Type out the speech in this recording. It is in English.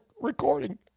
recording